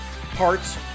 parts